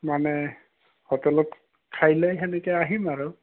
মানে হোটেলত খাই লৈ তেনেকৈ আহিম আৰু